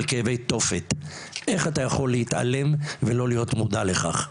כאבי תופת איך אתה יכול להתעלם ולא להיות מודע לכך?